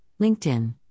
LinkedIn